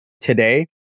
today